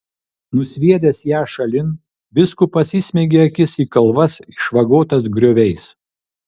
nusviedęs ją šalin vyskupas įsmeigė akis į kalvas išvagotas grioviais